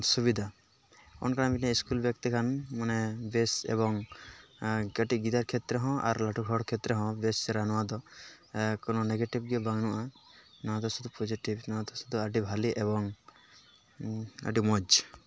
ᱥᱩᱵᱤᱫᱟ ᱚᱱᱟᱠᱟᱱᱟᱜ ᱢᱤᱫᱴᱟᱝ ᱥᱠᱩᱞ ᱵᱮᱜᱽ ᱛᱮᱠᱷᱟᱱ ᱢᱟᱱᱮ ᱵᱮᱥ ᱮᱵᱚᱝ ᱠᱟᱹᱴᱤᱡ ᱜᱤᱫᱽᱨᱟᱹ ᱠᱷᱮᱛᱨᱮ ᱦᱚᱸ ᱟᱨ ᱞᱟᱹᱴᱩ ᱦᱚᱲ ᱠᱷᱮᱛᱨᱮ ᱦᱚᱸ ᱵᱮᱥ ᱪᱮᱦᱨᱟ ᱱᱚᱣᱟ ᱫᱚ ᱠᱳᱱᱳ ᱱᱮᱜᱮᱴᱤᱵ ᱜᱮ ᱵᱟᱹᱱᱩᱜᱼᱟ ᱱᱚᱣᱟ ᱫᱚ ᱥᱩᱫᱩ ᱯᱚᱡᱮᱴᱤᱵ ᱱᱚᱣᱟ ᱫᱚ ᱥᱩᱫᱩ ᱟᱹᱰᱤ ᱵᱷᱟᱹᱞᱤ ᱮᱵᱚᱝ ᱟᱹᱰᱤ ᱢᱚᱡᱽ